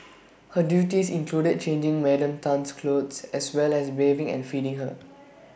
her duties included changing Madam Tan's clothes as well as bathing and feeding her